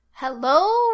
Hello